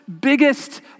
biggest